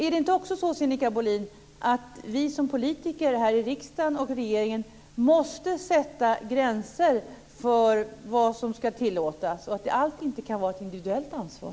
Är det inte också så, Sinikka Bohlin, att vi politiker i riksdagen och även regeringen måste sätta gränser för vad som ska tillåtas och att det inte alltid kan vara fråga om ett individuellt ansvar?